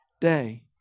day